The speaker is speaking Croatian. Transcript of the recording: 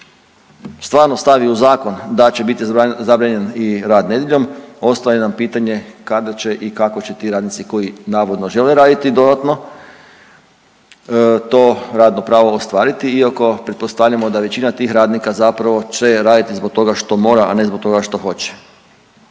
stvarno stavi u zakon da će biti zabranjen i rad nedjeljom ostaje nam pitanje kada će i kako će ti radnici koji navodno žele raditi dodatno to radno pravo ostvariti iako pretpostavljamo da većina tih radnika zapravo će raditi zbog toga što mora, a ne zbog toga što hoće.